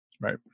right